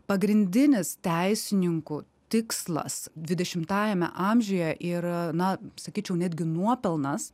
pagrindinis teisininkų tikslas dvidešimtajame amžiuje ir na sakyčiau netgi nuopelnas